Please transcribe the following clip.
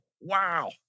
Wow